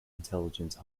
intelligence